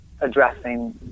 addressing